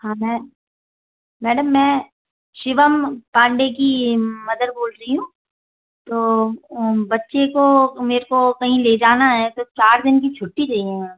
हाँ मैं मैडम मैं शिवम पांडे की मदर बोल रही हूँ तो बच्चे को मेरे को कहीं ले जाना है तो चार दिन की छुट्टी चाहिए मैम